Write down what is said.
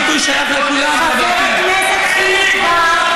אותן הקלטות מביכות, תתנצל.